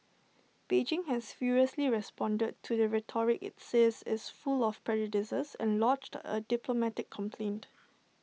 Beijing has furiously responded to the rhetoric IT says is full of prejudices and lodged A diplomatic complaint